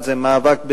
גם על רקע מאבקים